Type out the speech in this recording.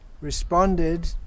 responded